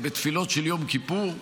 בתפילות של יום כיפור,